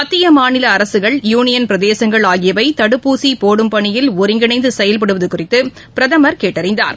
மாநில அரசுகள் யூனியன் பிரதேசங்கள் ஆகியவை தடுப்பூசி போடும் பணியில் மத்திய ஒருங்கிணைந்து செயல்படுவது குறித்து பிரதமர் கேட்டறிந்தார்